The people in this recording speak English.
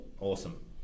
awesome